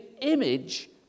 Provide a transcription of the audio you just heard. image